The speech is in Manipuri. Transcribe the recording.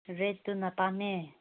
ꯔꯦꯗꯇꯨꯅ ꯇꯥꯡꯉꯦ